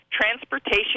Transportation